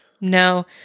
No